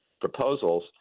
proposals